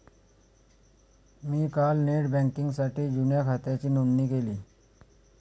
मी काल नेट बँकिंगसाठी जुन्या खात्याची नोंदणी केली